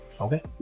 Okay